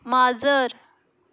माजर